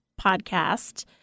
podcast